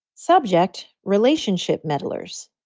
subject relationship meddlers.